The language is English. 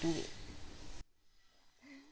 do it